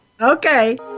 okay